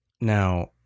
Now